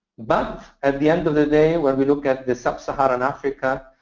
but at the end of the day, when we look at the sub-saharan africa,